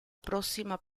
prossima